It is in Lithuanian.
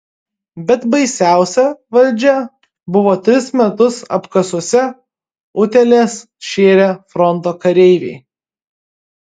bet baisiausia valdžia buvo tris metus apkasuose utėles šėrę fronto kareiviai